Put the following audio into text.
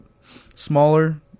smaller